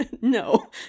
no